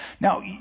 Now